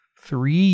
three